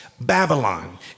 Babylon